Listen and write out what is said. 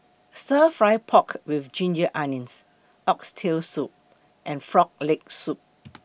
Stir Fry Pork with Ginger Onions Oxtail Soup and Frog Leg Soup